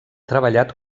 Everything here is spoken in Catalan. treballat